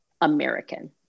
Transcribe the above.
American